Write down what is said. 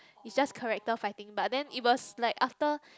it's just character fighting but then it was like after